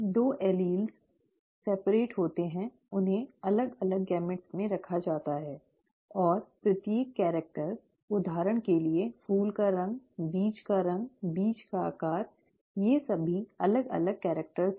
दो एलील अलग होते हैं उन्हें अलग अलग युग्मकों में रखा जाता है और प्रत्येक कैरिक्टर उदाहरण के लिए फूल का रंग बीज का रंग बीज का आकार ये सभी अलग अलग कैरिक्टर हैं